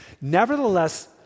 Nevertheless